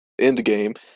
Endgame